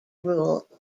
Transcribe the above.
rule